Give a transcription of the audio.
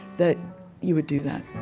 that you would do that